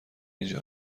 اینجا